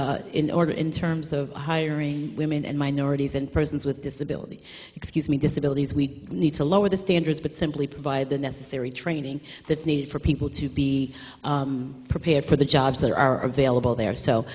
in order in terms of hiring women and minorities and persons with disabilities excuse me disability we need to lower the standards but simply provide the necessary training the need for people to be prepared for the jobs that are available there so